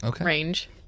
range